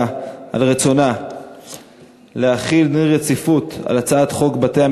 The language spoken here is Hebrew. על רצונה להחיל דין רציפות על הצעת חוק המאבק בטרור,